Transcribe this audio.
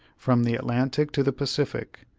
from the atlantic to the pacific,